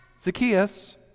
Zacchaeus